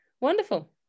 wonderful